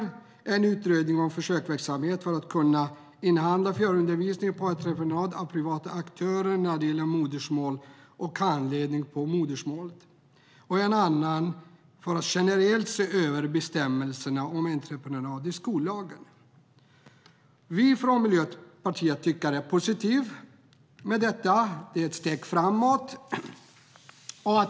En gäller utredning om försöksverksamhet för att kunna upphandla fjärrundervisning på entreprenad av privata aktörer när det gäller modersmål och handledning på modersmålet. I den andra ska man generellt se över bestämmelserna om entreprenad i skollagen. Miljöpartiet tycker att detta är positivt. Det är ett steg framåt.